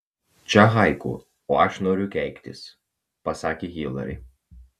čia haiku o aš noriu keiktis pasakė hilari